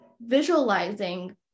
visualizing